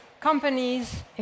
companies